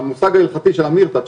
המושג ההלכתי של המירתת,